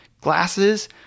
glasses